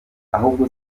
ahubwo